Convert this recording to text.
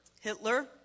Hitler